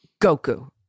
Goku